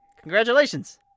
Congratulations